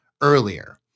earlier